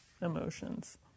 emotions